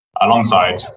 alongside